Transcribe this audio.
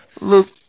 Look